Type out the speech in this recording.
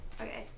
Okay